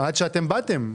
עד שאתם באתם.